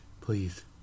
please